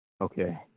Okay